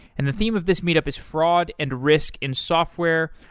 and the theme of this meet up is fraud and risk in software.